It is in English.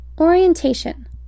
Orientation